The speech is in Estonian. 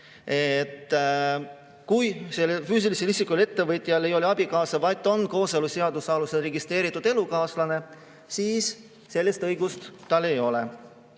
füüsilisest isikust ettevõtjal ei ole abikaasa, vaid on kooseluseaduse alusel registreeritud elukaaslane, siis sellist õigust tal ei ole.